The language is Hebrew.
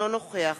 אינו נוכח